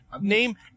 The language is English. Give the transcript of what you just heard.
Name